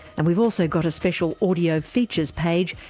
and we've also got a special audio features page,